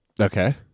Okay